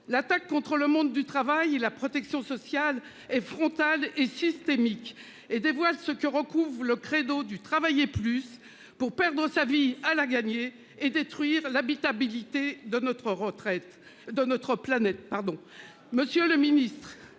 L'attaque contre le monde du travail, la protection sociale et frontale et systémique et des voix ce que recouvre le credo du travailler plus pour perdre sa vie à la gagner et détruire l'habitabilité de notre retraite